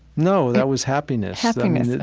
no. that was happiness happiness.